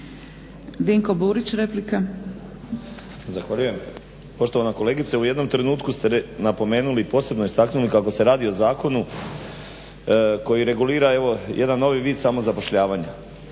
Dinko (HDSSB)** Zahvaljujem. Poštovana kolegice, u jednom trenutku ste rekli, napomenuli i posebno istaknuli kako se radi o zakonu koji regulira evo jedan novi vid samozapošljavanja.